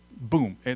boom